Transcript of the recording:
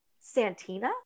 Santina